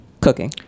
cooking